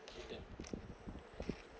with them